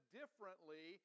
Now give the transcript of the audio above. differently